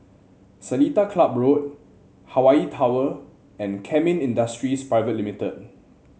Seletar Club Road Hawaii Tower and Kemin Industries Pte Limited